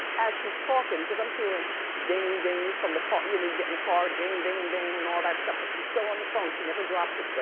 as she's talking, cause i'm hearing ding-dings from the car, you know, you get in the car, ding-ding-ding and all that stuff, but she's still on the phone, she never drops it,